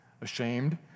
Ashamed